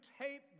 tape